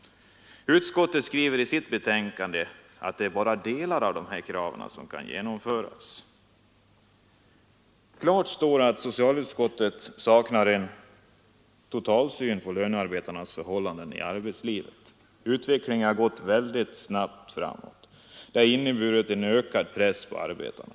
Utskottet skriver i sitt betänkande att bara delar av kraven kan genomföras. Klart står att socialutskottet saknar en totalsyn på lönearbetarnas förhållanden i arbetslivet. Utvecklingen har gått väldigt snabbt framåt. Den har inneburit en ökad press på arbetaren.